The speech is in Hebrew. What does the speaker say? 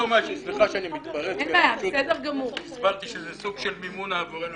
סליחה שאני מתפרץ כי אני פשוט הסברתי שזה סוג של מימונה עבורנו,